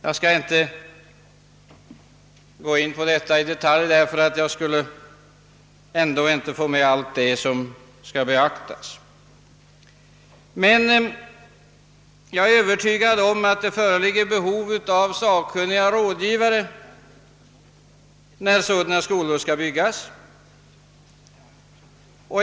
Jag skall emellertid inte gå in på detta i detalj, ty det vore ändå inte möjligt för mig att få med allt som bör beaktas. Jag vill endast säga att jag är övertygad om att det föreligger behov av sakkunniga rådgivare när skolor av detta slag skall byggas.